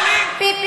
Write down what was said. מדברת על החיילים?